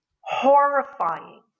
horrifying